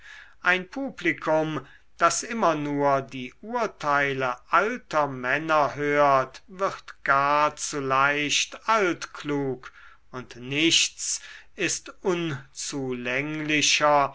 ein publikum das immer nur die urteile alter männer hört wird gar zu leicht altklug und nichts ist unzulänglicher